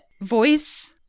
voice